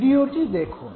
ভিডিওটি দেখুন